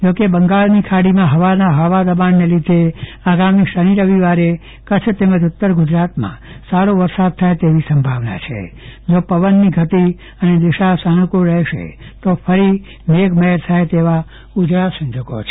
જોકે બંગાળની ખાડીમાં હવાના હળવા દબાણને ભલે આગામી શનિ રવિવારે કચ્છ તેમજ ઉત્તર ગુજરાતમાં સારો વરસાદ થાય તેવી સંભાવના છે જો પવનની ગતિ અને દિશકા સાનુકુળ રહેશે તો ફરી મેઘમહેર થાય તેવા ઉજળા સંકેતો છે